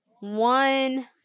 one